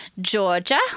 Georgia